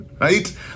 right